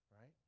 Right